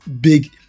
big